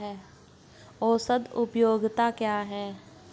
औसत उपयोगिता क्या है?